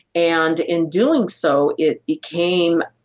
and in doing so, it became